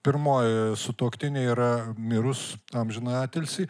pirmoji sutuoktinė yra mirus amžiną atilsį